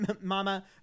Mama